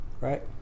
right